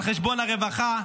על חשבון הרווחה,